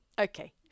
okay